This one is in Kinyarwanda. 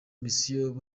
mission